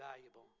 valuable